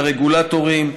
לרגולטורים,